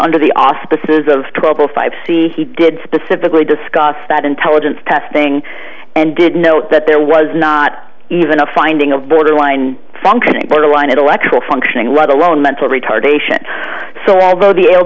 under the auspices of trouble five c he did specifically discuss that intelligence testing and did note that there was not even a finding of borderline functioning borderline intellectual functioning let alone mental retardation so although the l